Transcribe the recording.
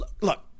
Look